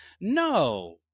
No